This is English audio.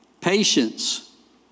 patience